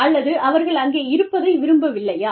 அல்லது அவர்கள் அங்கே இருப்பதை விரும்பவில்லையா